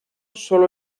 sólo